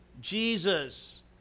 Jesus